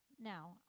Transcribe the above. now